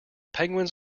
penguins